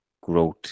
growth